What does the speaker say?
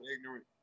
ignorant